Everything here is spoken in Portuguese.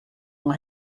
uma